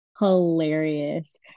Hilarious